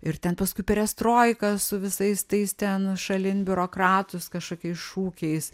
ir ten paskui perestroika su visais tais ten šalin biurokratus kažkokias šūkiais